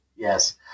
Yes